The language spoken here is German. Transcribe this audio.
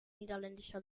niederländischer